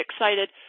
excited